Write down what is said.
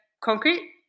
concrete